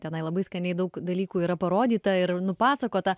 tenai labai skaniai daug dalykų yra parodyta ir nupasakota